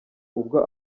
ubwo